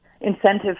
incentive